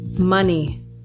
money